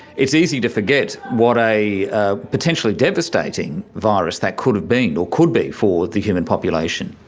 it is easy to forget what a ah potentially devastating virus that could have been or could be for the human population.